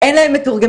אין להם מתורגמנים.